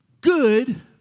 good